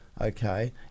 okay